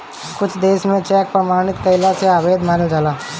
कुछ देस में चेक के प्रमाणित कईल अवैध मानल जाला